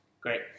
Great